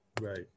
Right